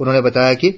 उन्होंने बताया कि